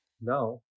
now